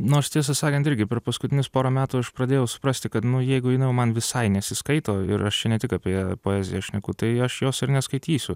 nu aš tiesą sakant irgi per paskutinius porą metų aš pradėjau suprasti kad nu jeigu jinai jau man visai nesiskaito ir aš čia ne tik apie poeziją šneku tai aš jos ir neskaitysiu